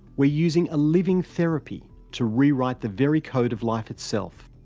we're using a living therapy to rewrite the very code of life itself.